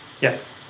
Yes